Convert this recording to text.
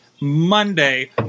Monday